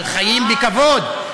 אבל חיים בכבוד,